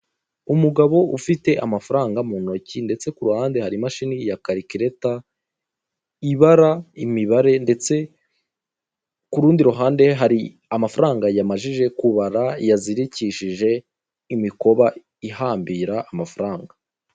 Umugabo ufite amafaranga mu ntoki kuruhande hari imashini ya karikireta ibara imibare ndetse kurundi ruhande hari amafaranga yamajije kubara azirikishije imikoba ihambira amafaranga.